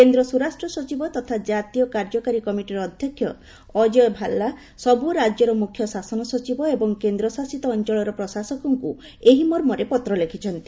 କେନ୍ଦ୍ର ସ୍ୱରାଷ୍ଟ୍ର ସଚିବ ତଥା କାତୀୟ କାର୍ଯ୍ୟକାରୀ କମିଟିର ଅଧ୍ୟକ୍ଷ ଅଜୟ ଭାଲ୍ଲା ସବୁ ରାଜ୍ୟର ମୁଖ୍ୟ ଶାସନ ସଚିବ ଏବଂ କେନ୍ଦ୍ରଶାସିତ ଅଞ୍ଚଳର ପ୍ରଶାସକଙ୍କୁ ଏହି ମର୍ମରେ ପତ୍ର ଲେଖିଛନ୍ତି